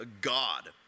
God